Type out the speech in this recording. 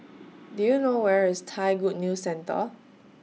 Do YOU know Where IS Thai Good News Centre